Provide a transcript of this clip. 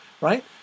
right